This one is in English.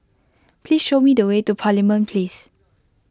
please show me the way to Parliament Place